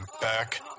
back